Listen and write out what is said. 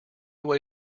way